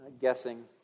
guessing